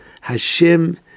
Hashem